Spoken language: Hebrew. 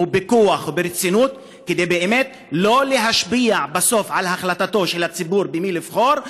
בכוח וברצינות כדי באמת שלא ישפיעו בסוף על החלטתו של הציבור במי לבחור,